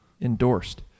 endorsed